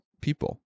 people